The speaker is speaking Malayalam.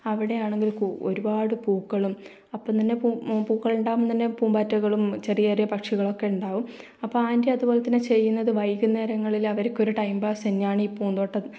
അവിടെയാണെങ്കിൽ കു ഒരുപാട് പൂക്കളും അപ്പം തന്നെ പൂ പൂക്കളുണ്ടാകുമ്പം തന്നെ പൂമ്പാറ്റകളും ചെറിയ ചെറിയ പക്ഷികളൊക്കെയുണ്ടാകും അപ്പോൾ ആൻറ്റി അതുപോലെ തന്നെ ചെയ്യുന്നത് വൈകുന്നേരങ്ങളിലവർക്ക് ഒരു ടൈം പാസ്സ് തന്നെയാണീ പൂന്തോട്ടം